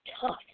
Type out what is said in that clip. tough